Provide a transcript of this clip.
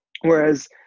Whereas